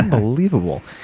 ah unbelievable.